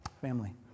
Family